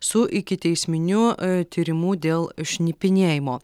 su ikiteisminiu tyrimu dėl šnipinėjimo